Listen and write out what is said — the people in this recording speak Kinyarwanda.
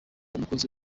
umukozi